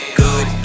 good